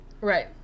Right